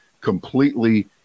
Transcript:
completely